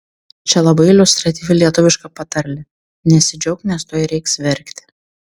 čia labai iliustratyvi lietuviška patarlė nesidžiauk nes tuoj reiks verkti